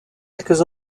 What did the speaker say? quelques